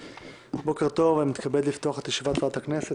בוקר טוב, אני מתכבד לפתוח את ישיבת ועדת הכנסת.